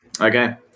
Okay